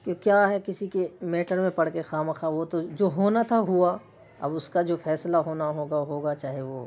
کہ کیا ہے کسی کے میٹر میں پڑکے خواہ مخواہ وہ تو جو ہونا تھا ہوا اب اس کا جو فیصلہ ہونا ہوگا ہوگا چاہے وہ